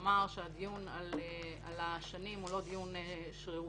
לומר שהדיון על השנים הוא לא דיון שרירותי.